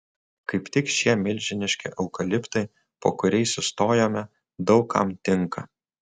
kaip tik šie milžiniški eukaliptai po kuriais sustojome daug kam tinka